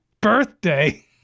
birthday